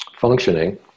functioning